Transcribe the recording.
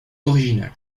originale